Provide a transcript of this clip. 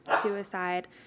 suicide